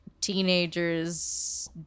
teenagers